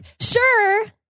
sure